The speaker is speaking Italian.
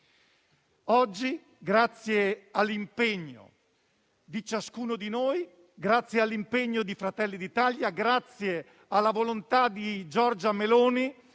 Oggi, grazie all'impegno di ciascuno di noi, grazie all'impegno di Fratelli d'Italia e alla volontà di Giorgia Meloni,